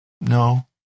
No